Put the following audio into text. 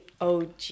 OG